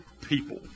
people